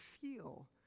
feel